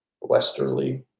Westerly